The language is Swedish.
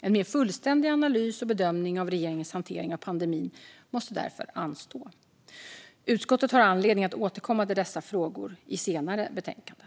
En mer fullständig analys och bedömning av regeringens hantering av pandemin måste därför anstå. Utskottet har anledning att återkomma till dessa frågor i senare betänkanden.